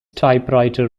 typewriter